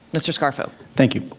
mr. scarfo. thank you.